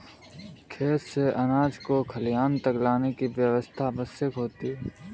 खेत से अनाज को खलिहान तक लाने की व्यवस्था आवश्यक होती है